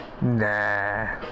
Nah